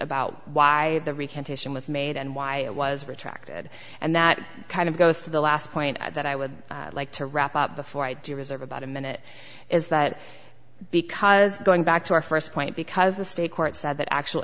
about why the recantation was made and why it was retracted and that kind of goes to the last point that i would like to wrap up before i do reserve about a minute is that because going back to our first point because the state court said that actual